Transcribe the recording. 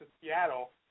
Seattle